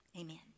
Amen